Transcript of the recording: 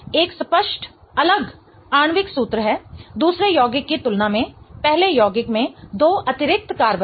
एक स्पष्ट अलग आणविक सूत्र है दूसरे यौगिक की तुलना में पहले यौगिक में दो अतिरिक्त कार्बोन हैं